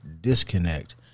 disconnect